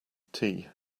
tea